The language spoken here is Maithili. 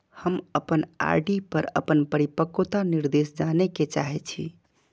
हम अपन आर.डी पर अपन परिपक्वता निर्देश जाने के चाहि छी